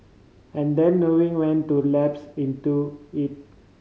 and then knowing when to lapse into it